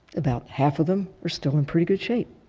about half of them are still in pretty good shape.